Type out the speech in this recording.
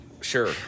Sure